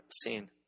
seen